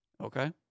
Okay